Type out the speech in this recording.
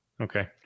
Okay